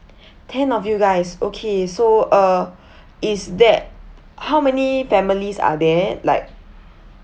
ten of you guys okay so uh is that how many families are there like